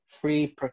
Free